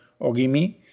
Ogimi